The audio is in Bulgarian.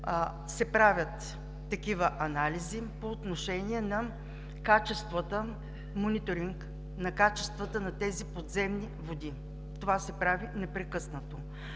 се правят такива анализи по отношение мониторинг на качествата на тези подземни води. Това се прави непрекъснато.